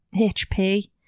HP